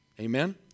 Amen